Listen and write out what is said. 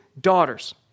daughters